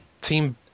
Team